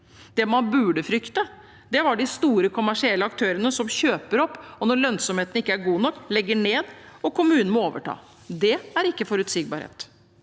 Det man burde frykte, er de store kommersielle aktørene som kjøper opp, og når lønnsomheten ikke er god nok, legger de ned, og kommunen må overta. Det er ikke forutsigbarhet.